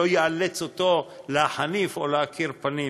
ולא יאלץ אותו להחניף או להכיר פנים.